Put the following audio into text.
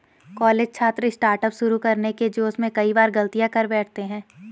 college छात्र startup शुरू करने के जोश में कई बार गलतियां कर बैठते हैं